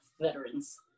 veterans